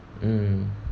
mm